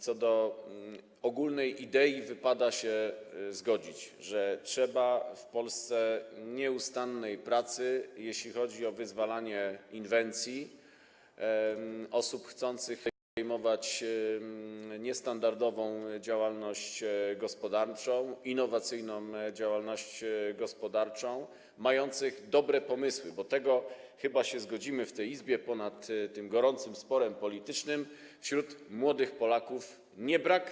Co do ogólnej idei wypada się zgodzić, że jest potrzebna w Polsce nieustanna praca, jeśli chodzi o wyzwalanie inwencji osób chcących podejmować niestandardową działalność gospodarczą, innowacyjną działalność gospodarczą, mających dobre pomysły, bo tego - chyba w tej sprawie zgodzimy się w tej Izbie ponad tym gorącym sporem politycznym - wśród młodych Polaków nie brak.